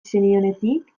zenionetik